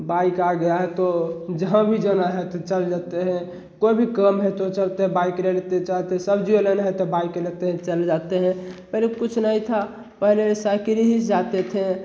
bike आ गया है तो जहाँ जहाँ भी जाना हो तो चले जाते हैं कोई भी काम है तो चलते बाइक ले लेते चलते हैं सब्ज़ी अगर लेना है तो बाइक ले लेते हैं चले जाते हैं पहले कुछ नहीं था पहले साइकिल ही से जाते थे